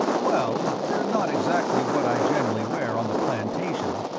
well, they're not exactly what i generally wear on the plantation.